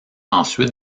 ensuite